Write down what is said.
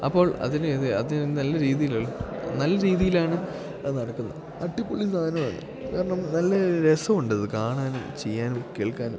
പിന്നെ അപ്പോൾ അതിന് നല്ല രീതിയിലുള്ള നല്ല രീതിയിലാണ് അത് നടക്കുന്നത് അടിപൊളി സാധനമാണ് കാരണം നല്ല രസമുണ്ടത് കാണാനും ചെയ്യാനും കേൾക്കാനും